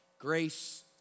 grace